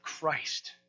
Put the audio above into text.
Christ